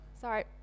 sorry